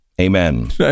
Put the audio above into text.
amen